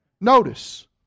Notice